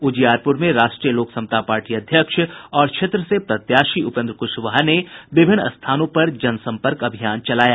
उजियारपुर में राष्ट्रीय लोक समता पार्टी अध्यक्ष और क्षेत्र से प्रत्याशी उपेन्द्र कुशवाहा ने विभिन्न स्थानों पर जनसंपर्क अभियान चलाया